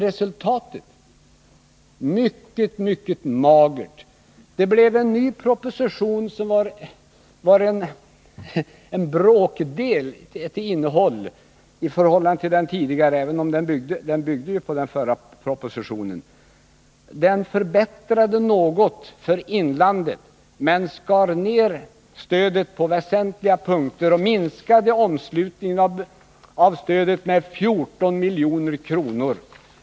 Det blev mycket, mycket magert: det blev en ny proposition som till innehåll var en bråkdel av den tidigare — och den byggde ju på den förra propositionen. Den förbättrade något transportstödet för inlandet men skar ner stödet på väsentliga punkter och minskade omslutningen av stödet med 14 milj.kr.